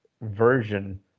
version